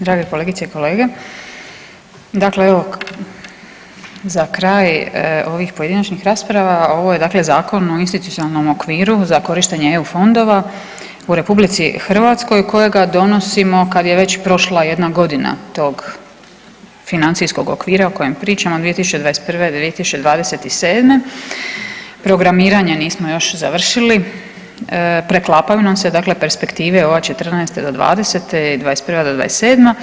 Drage kolegice i kolege, dakle evo za kraj ovih pojedinačnih rasprava, ovo je dakle Zakon o institucionalnom okviru za korištenje EU fondova u RH kojeg donosimo kad je već prošla jedna godina tog financijskog okvira o kojem pričamo, od 2021. do 2027., programiranje nismo još završili, preklapaju nam se dakle perspektive od 2014. do 2020., 2021. do 2027.